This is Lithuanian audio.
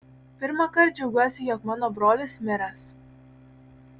pirmąkart džiaugiuosi jog mano brolis miręs